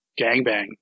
gangbang